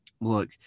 look